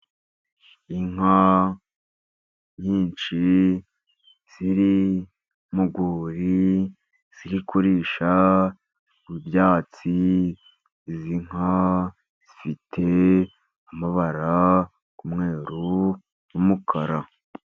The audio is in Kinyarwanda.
Inka nyinshi ziri mu rwuri, ziri kurisha ibyatsi, izi nka zifite amabara y'umweru n'umukara.